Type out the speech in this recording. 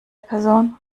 person